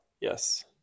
yes